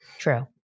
True